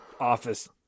office